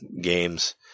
games